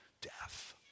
death